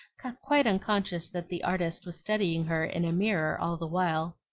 quite unconscious that the artist was studying her in a mirror all the while.